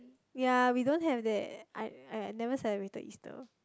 ya we don't have that I I never celebrated Easter